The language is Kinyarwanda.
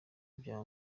bya